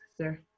sir